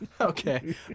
Okay